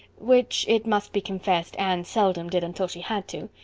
which, it must be confessed, anne seldom did until she had to.